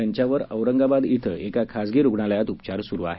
त्यांच्यावर औरंगाबाद ििं एका खासगी रुग्णालयात उपचार सुरू आहेत